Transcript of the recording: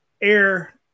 Air